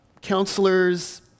counselors